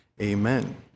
amen